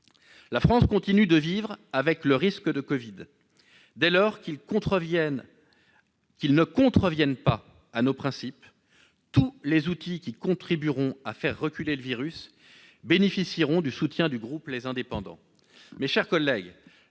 La France continue de vivre avec le risque de Covid-19. Dès lors qu'ils ne contreviennent pas à nos principes, tous les outils qui contribueront à faire reculer le virus bénéficieront du soutien du groupe Les Indépendants. Mes chers collègues,